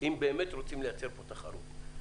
אם באמת רוצים לייצר פה תחרות.